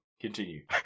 Continue